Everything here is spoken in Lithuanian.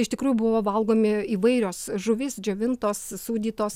iš tikrųjų buvo valgomi įvairios žuvys džiovintos sūdytos